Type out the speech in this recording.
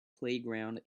playground